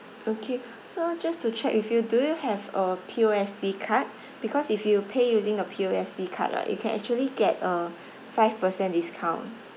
okay so just to check with you do you have a P_O_S_B card because if you pay using the P_O_S_B card right you can actually get a five percent discount